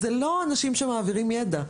זה לא אנשים שמעבירים ידע,